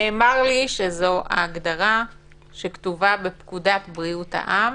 נאמר לי שזו ההגדרה שכתובה בפקודת בריאות העם,